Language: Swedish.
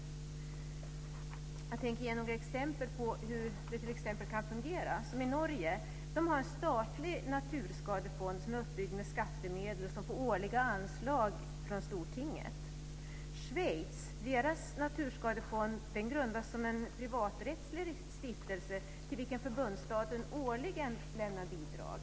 Jag tänker ge några exempel på hur det kan fungera. I Norge har man en statlig naturskadefond som är uppbyggd med skattemedel och som får årliga anslag från Stortinget. I Schweiz har man en naturskadefond som grundades som en privaträttslig stiftelse till vilken förbundsstaten årligen lämnar bidrag.